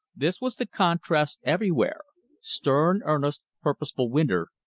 this was the contrast everywhere stern, earnest, purposeful winter,